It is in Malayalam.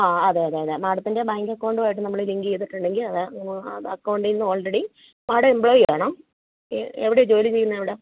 ആ അതെ അതെ അതെ മാഡത്തിൻ്റെ ബാങ്ക് അക്കൗണ്ടുമായിട്ട് നമ്മള് ലിങ്ക് ചെയ്തിട്ടുണ്ടെങ്കിൽ അത് അക്കൗണ്ടിൽ നിന്ന് ആൾറെഡി മാഡം എംപ്ലോയീ ആണോ എവിടെയാണ് ജോലി ചെയ്യുന്നത് എവിടെയാണ്